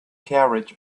carriage